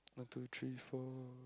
one two three four